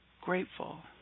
grateful